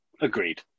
Agreed